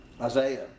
Isaiah